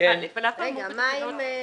-- יש עוד,